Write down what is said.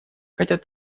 хотят